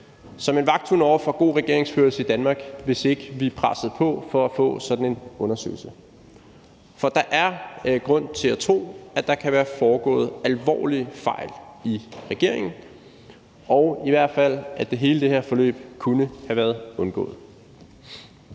som en vagthund for god regeringsførelse i Danmark, hvis ikke vi pressede på for at få sådan en undersøgelse. For der er grund til at tro, at der kan være foregået alvorlige fejl i regeringen, og i hvert fald at hele det her forløb kunne have været undgået.